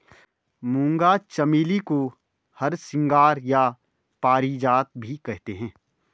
मूंगा चमेली को हरसिंगार या पारिजात भी कहते हैं